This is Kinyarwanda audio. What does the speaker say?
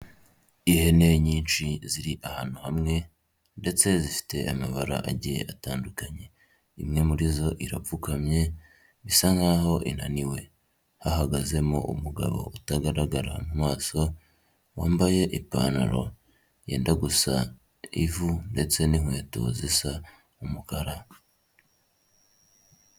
Ihene nyinshi ziri ahantu hamwe ndetse zifite amabara agiye atandukanye, imwe muri zo irapfukamye, bisa nkaho inaniwe hahagazemo umugabo utagaragara mu maso, wambaye ipantaro yenda gusa ivu ndetse n'inkweto zisa umukara.